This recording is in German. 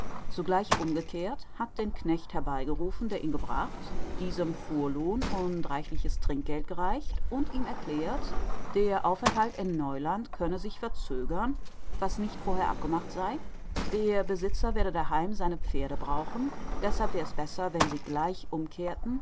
sogleich umgekehrt hat den knecht herbeigerufen der ihn gebracht diesem fuhrlohn und reichliches trinkgeld gereicht und ihm erklärt der aufenthalt in neuland könne sich verzögern was nicht vorher abgemacht sei der besitzer werde daheim seine pferde brauchen deßhalb wär es besser wenn sie gleich umkehrten